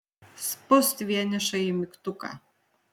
spust vienišąjį mygtuką